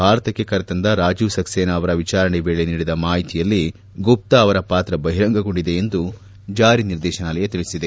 ಭಾರತಕ್ಕೆ ಕರೆತಂದ ರಾಜೀವ್ ಸೆಕ್ಲೇನಾ ಅವರ ವಿಚಾರಣೆ ವೇಳೆ ನೀಡಿದ ಮಾಹಿತಿಯಲ್ಲಿ ಗುಪ್ತಾ ಅವರ ಪಾತ್ರ ಬಹಿರಂಗಗೊಂಡಿದೆ ಎಂದು ಜಾರಿ ನಿರ್ದೇಶನಾಲಯ ತಿಳಿಸಿದೆ